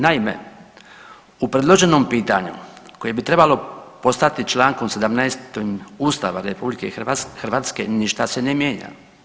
Naime, u predloženom pitanju koje bi trebalo postati čl. 17 Ustava RH, ništa se ne mijenja.